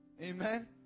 Amen